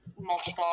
multiple